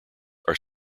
are